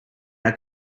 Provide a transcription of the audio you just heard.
are